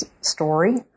story